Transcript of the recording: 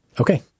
Okay